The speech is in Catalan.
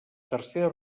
tercera